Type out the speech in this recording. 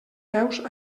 peus